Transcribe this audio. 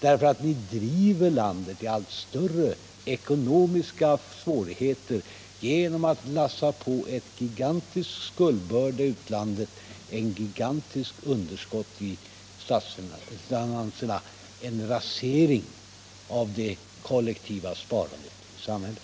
eftersom ni driver landet in i allt större ekonomiska svårigheter genom att lassa på det en gigantisk skuldbörda i utlandet, ett gigantiskt underskott i statsfinanserna och en rasering av det kollektiva sparandet i samhället.